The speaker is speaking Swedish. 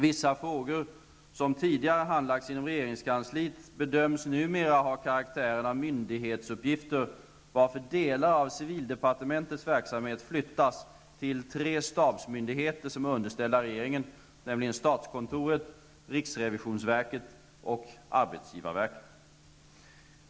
Vissa frågor, som tidigare handlagts inom regeringskansliet, bedöms numera ha karaktären av myndighetsuppgifter, varför delar av civildepartementets verksamhet flyttats till tre stabsmyndigheter som är underställda regeringen, nämligen statskontoret, riksrevisionsverket och arbetsgivarverket.